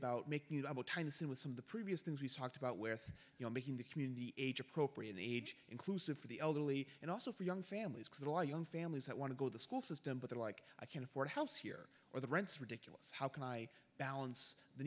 soon with some of the previous things we've talked about with you know making the community age appropriate age inclusive for the elderly and also for young families that are young families that want to go to the school system but they're like i can't afford helps here or the rents ridiculous how can i balance the